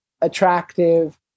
attractive